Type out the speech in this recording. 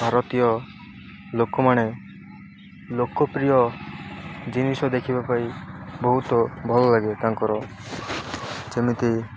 ଭାରତୀୟ ଲୋକମାଣେ ଲୋକପ୍ରିୟ ଜିନିଷ ଦେଖିବା ପାଇଁ ବହୁତ ଭଲ ଲାଗେ ତାଙ୍କର ଯେମିତି